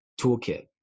toolkit